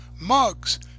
mugs